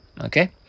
okay